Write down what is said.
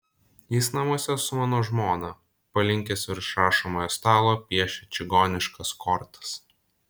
jis namuose su mano žmona palinkęs virš rašomojo stalo piešia čigoniškas kortas